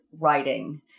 writing